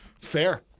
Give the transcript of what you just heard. Fair